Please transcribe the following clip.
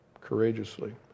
courageously